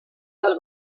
del